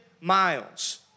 miles